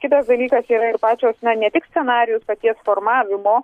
kitas dalykas yra ir pačios na ne tik scenarijus paties formavimo